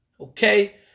Okay